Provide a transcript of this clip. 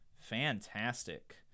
Fantastic